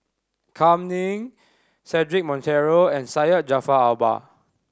Kam Ning Cedric Monteiro and Syed Jaafar Albar